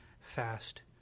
fast